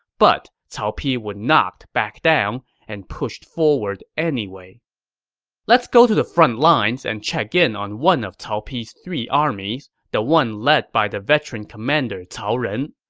but cao pi would not back down and pushed forward anyway let's go to the frontlines and check in on one of cao pi's three armies, the one led by the veteran commander cao ren.